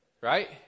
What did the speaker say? right